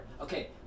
okay